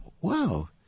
wow